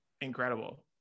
incredible